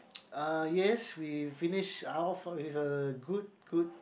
uh yes we finish our is a good good